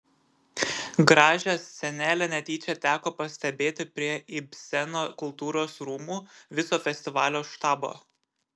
gražią scenelę netyčia teko pastebėti prie ibseno kultūros rūmų viso festivalio štabo